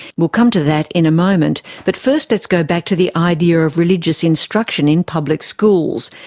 we'll come to that in a moment but first let's go back to the idea of religious instruction in public schools,